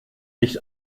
nicht